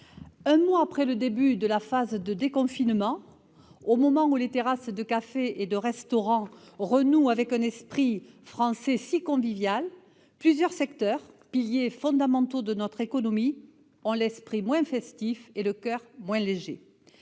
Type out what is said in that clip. Un mois après le début de la phase de déconfinement, au moment où les terrasses de café et de restaurant renouent avec un esprit français si convivial, plusieurs secteurs, piliers fondamentaux de notre économie, ont l'esprit moins festif et le coeur moins léger.